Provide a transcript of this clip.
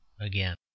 again